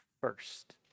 First